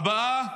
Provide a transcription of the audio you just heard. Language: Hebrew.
הבאה,